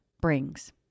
brings